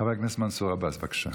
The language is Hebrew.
חבר הכנסת מנסור עבאס, בבקשה.